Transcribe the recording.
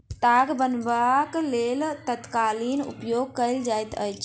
ताग बनयबाक लेल तकलीक उपयोग कयल जाइत अछि